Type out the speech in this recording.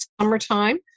summertime